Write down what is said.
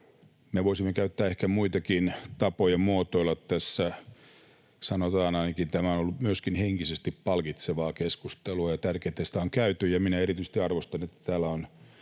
Me voisimme käyttää ehkä muitakin tapoja muotoilla tässä. Sanotaan ainakin, että tämä on ollut myöskin henkisesti palkitsevaa keskustelua, ja on tärkeää, että sitä on käyty. Erityisesti arvostan, että täällä on